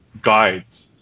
guides